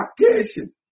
vacation